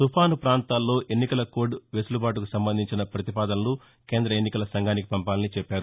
తుపాను పాంతాల్లో ఎన్నికల కోద్ వెసులుబాటుకు సంబంధించిన ప్రతిపాదనలు కేంద్ర ఎన్నికల సంఘానికి పంపాలని చెప్పారు